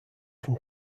from